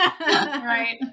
Right